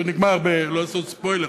לא לעשות ספוילר,